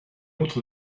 autre